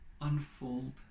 unfold